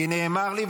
כי נאמר לי,